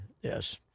Yes